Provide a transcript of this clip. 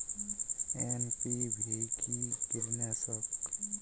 NPV কি কীটনাশক?